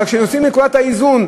אבל כשעושים את נקודת האיזון,